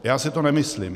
Já si to nemyslím.